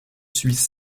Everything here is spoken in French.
suisses